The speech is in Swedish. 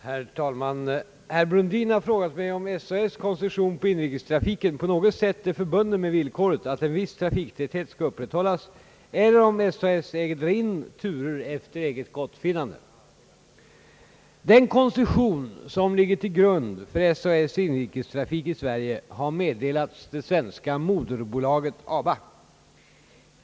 Herr talman! Herr Brundin har frågat mig om SAS” koncession på inrikestrafiken på något sätt är förbunden med villkoret att en viss trafiktäthet skall upprätthållas eller om SAS äger dra in turer efter eget gottfinnande. Den koncession som ligger till grund för SAS inrikestrafik i Sverige har meddelats det svenska moderbolaget ABA.